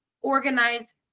organize